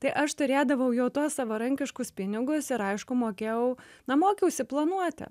tai aš turėdavau jau tuos savarankiškus pinigus ir aišku mokėjau na mokiausi planuoti